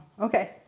okay